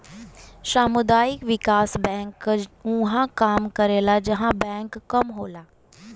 सामुदायिक विकास बैंक उहां काम करला जहां बैंक कम होला